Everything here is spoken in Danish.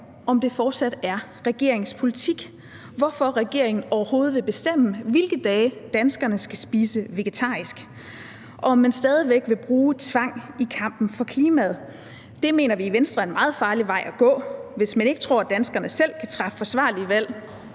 om det fortsat er regeringens politik, og hvorfor regeringen overhovedet vil bestemme, hvilke dage danskerne skal spise vegetarisk, og om man stadig væk vil bruge tvang i kampen for klimaet. Det mener vi i Venstre er en meget farlig vej at gå – hvis man ikke tror, at danskerne selv kan træffe forsvarlige valg